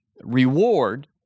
reward